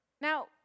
Now